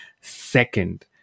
second